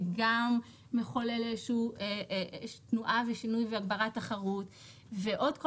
שגם מחולל איזה שהיא תנועה והגברת תחרות ועוד כל